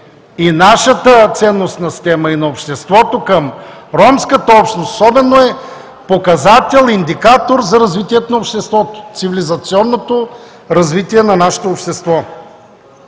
и нашата ценностна система, и на обществото към ромската общност особено, е показател, индикатор за развитието на обществото – цивилизационното развитие на нашето общество.